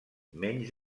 menys